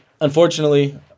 unfortunately